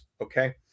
Okay